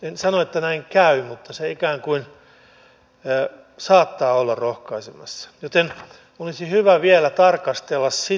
en sano että näin käy mutta se ikään kuin saattaa olla rohkaisemassa joten olisi hyvä vielä tarkastella sitä